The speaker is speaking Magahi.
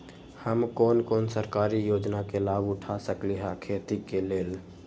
हम कोन कोन सरकारी योजना के लाभ उठा सकली ह खेती के लेल?